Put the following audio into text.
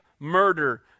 murder